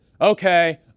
Okay